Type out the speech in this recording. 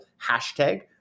hashtag